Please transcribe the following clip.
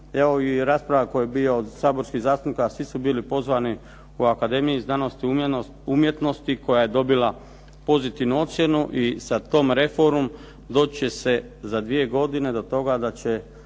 evo i rasprava koji je bio od saborskih zastupnika, a svi su bili pozvani u Akademiji znanosti i umjetnosti koja je dobila pozitivnu ocjenu i sa tom reformom doći će se za dvije godine do toga pravilo